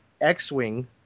X-Wing